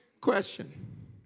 Question